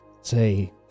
say